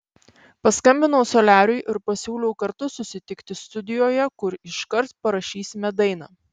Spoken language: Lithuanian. paskambinau soliariui ir pasiūliau kartu susitikti studijoje kur iškart parašysime dainą